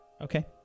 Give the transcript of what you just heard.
Okay